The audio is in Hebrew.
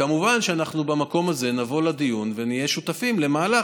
וכמובן שאנחנו במקום הזה נבוא לדיון ונהיה שותפים למהלך,